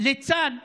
לצד